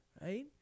right